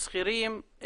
שכירים,